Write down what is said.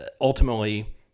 ultimately